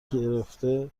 گرفته